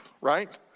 right